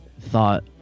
thought